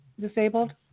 disabled